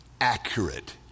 accurate